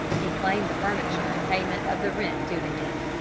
he claimed the furniture in payment of the rent due to him.